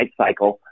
lifecycle